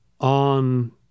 on